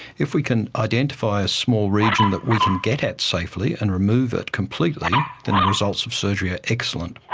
if we can identify a small region that we can get at safely and remove it completely, then the results of surgery are excellent.